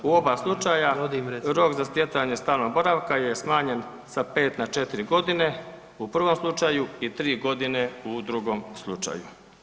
U oba slučaja rok za stjecanje stalnog boravka je smanjen sa pet na četiri godine u prvom slučaju i tri godine u drugom slučaju.